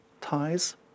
ties